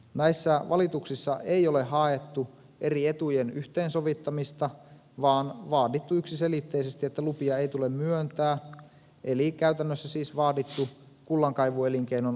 näissä valituksissa ei ole haettu eri etujen yhteensovittamista vaan vaadittu yksiselitteisesti että lupia ei tule myöntää eli käytännössä siis vaadittu kullankaivuelinkeinon alasajoa